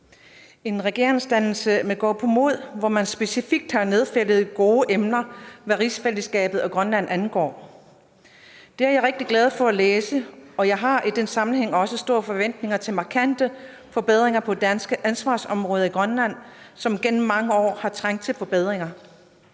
en regeringsdannelse med gåpåmod, hvor man specifikt har nedfældet gode emner, hvad rigsfællesskabet og Grønland angår. Det er jeg rigtig glad for at læse, og jeg har i den sammenhæng også store forventninger til markante forbedringer på danske ansvarsområder i Grønland; de har gennem mange år trængt til forbedringer.